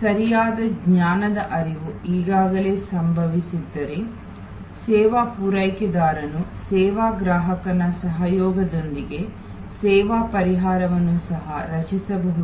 ಸರಿಯಾದ ಜ್ಞಾನದ ಹರಿವು ಈಗಾಗಲೇ ಸಂಭವಿಸಿದ್ದರೆ ಸೇವಾ ಪೂರೈಕೆದಾರನು ಸೇವಾ ಗ್ರಾಹಕನ ಸಹಯೋಗದೊಂದಿಗೆ ಸೇವಾ ಪರಿಹಾರವನ್ನು ಸಹ ರಚಿಸಬಹುದು